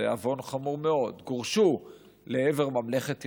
זה עוון חמור מאוד, גורשו לעבר ממלכת ירדן,